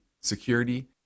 security